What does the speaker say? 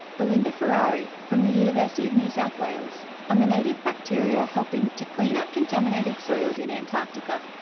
belinda ferrari from the university of new south wales, on the native bacteria helping to clean up contaminated soils in antarctica.